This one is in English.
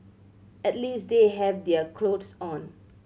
at least they have their cloth on